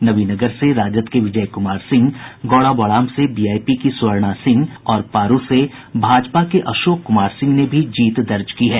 नबीनगर से राजद के विजय कुमार सिह गौड़ाबौराम से वीआईपी की स्वर्णा सिंह और पारू से भाजपा के अशोक कुमार सिंह ने भी जीत दर्ज की है